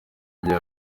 gihe